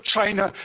China